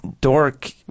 dork